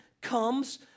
comes